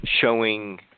showing